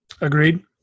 Agreed